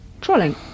trolling